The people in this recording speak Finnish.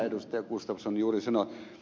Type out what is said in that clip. gustafsson juuri sanoi